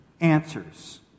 answers